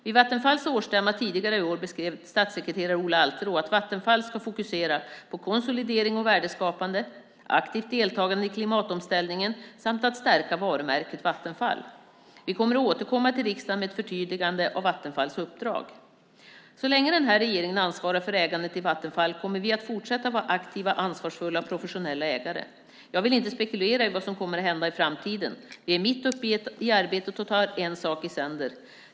Vid Vattenfalls årsstämma tidigare i år beskrev statssekreterare Ola Alterå att Vattenfall ska fokusera på konsolidering och värdeskapande, aktivt deltagande i klimatomställningen samt att stärka varumärket Vattenfall. Vi kommer att återkomma till riksdagen med ett förtydligande av Vattenfalls uppdrag. Så länge den här regeringen ansvarar för ägandet i Vattenfall kommer vi att fortsätta att vara aktiva, ansvarsfulla och professionella ägare. Jag vill inte spekulera i vad som kommer att hända i framtiden. Vi är mitt uppe i arbetet och tar en sak i sänder.